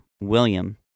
William